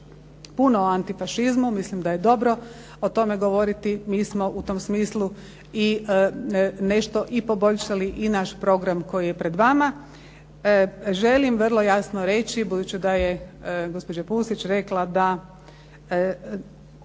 puno o antifašizmu, mislim da je dobro o tome govoriti. Mi smo u tom smislu i nešto i poboljšali i naš program koji je pred vama. Želim vrlo jasno reći, budući da je gospođa Pusić rekla da